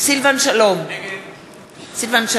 סילבן שלום, נגד